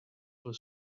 for